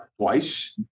Twice